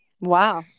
Wow